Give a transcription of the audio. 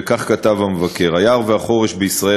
כך כתב המבקר: "היער והחורש בישראל,